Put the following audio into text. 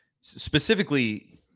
Specifically